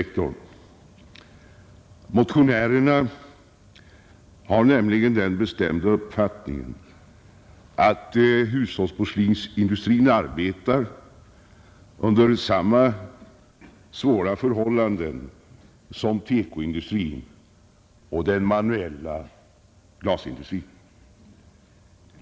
Vi motionärer har nämligen den bestämda uppfattningen att hushållsporslinsindustrin arbetar under samma svåra förhållanden som TEKO-industrin och den manuella glasindustrin.